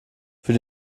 für